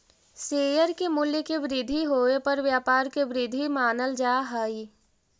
share के मूल्य के वृद्धि होवे पर व्यापार के वृद्धि मानल जा हइ